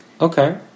Okay